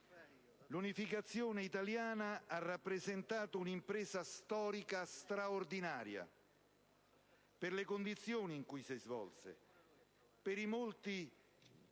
L'unificazione italiana ha rappresentato un'impresa storica straordinaria per le condizioni in cui si svolse, per le